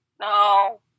no